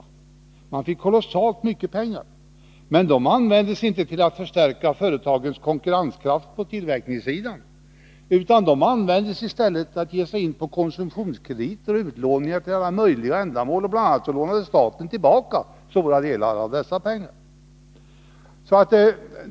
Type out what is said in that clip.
De fick alltså kolossalt mycket pengar, men dessa användes inte för att förstärka företagens konkurrenskraft på tillverkningssidan, utan i stället gav man sig in på konsumtionskrediter och utlåningar till alla möjliga ändamål. Bl. a. lånade staten tillbaka stora delar av dessa pengar.